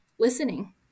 listening